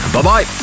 Bye-bye